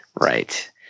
Right